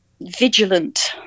vigilant